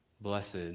Blessed